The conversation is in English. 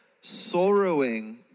sorrowing